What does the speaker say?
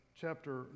chapter